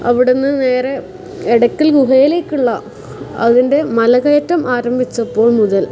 അവിടുന്ന് നേരെ എടക്കൽ ഗുഹയിലേക്കുള്ള അതിൻ്റെ മലകയറ്റം ആരംഭിച്ചപ്പോൾ മുതൽ